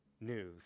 news